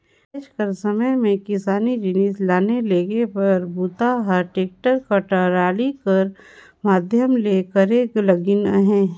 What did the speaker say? आएज कर समे मे किसानी जिनिस लाने लेगे कर बूता ह टेक्टर कर टराली कर माध्यम ले करे लगिन अहे